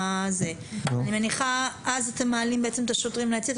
אני מניחה שאז אתם מעלים את השוטרים ליציע.